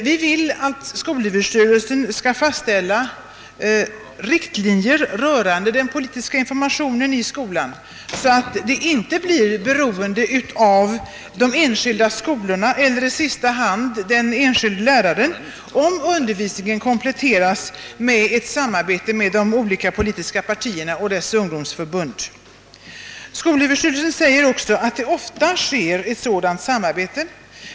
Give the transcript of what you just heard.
Vi vill att skolöverstyrelsen skall fastställa riktlinjer rörande den politiska informationen i skolan, så att det inte blir beroende av de enskilda skolorna eller i sista hand av den enskilde läraren om undervisningen kompletteras med ett samarbete med de olika politiska partierna och deras ungdomsförbund. Skolöverstyrelsen framhåller också att det ofta sker ett sådant samarbete.